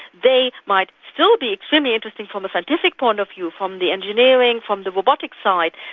they might still be extremely interesting from the scientific point of view, from the engineering, from the robotic side,